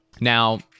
Now